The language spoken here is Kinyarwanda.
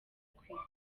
kwibuka